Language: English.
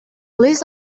list